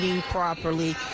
Properly